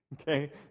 okay